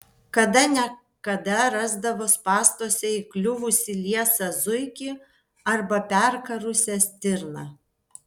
kada ne kada rasdavo spąstuose įkliuvusį liesą zuikį arba perkarusią stirną